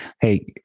Hey